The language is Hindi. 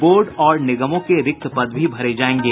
बोर्ड और निगमों के रिक्त पद भी भरे जायेंगे